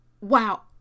wow